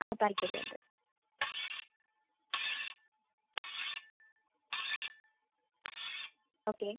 ആ താൽപ്പര്യം ഉണ്ട് ഓക്കെ